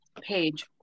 page